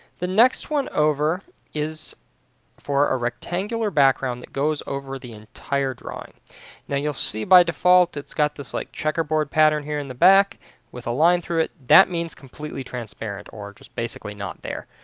the next one over is for a rectangular background goes over the entire drawing now you'll see by default that's got this like checkerboard pattern here in the back with a line through it that means completely transparent or just basically not there.